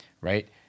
Right